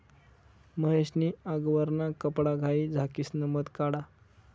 महेश नी आगवरना कपडाघाई झाकिसन मध काढा